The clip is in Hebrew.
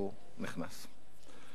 איכשהו נכנס.